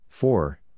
Four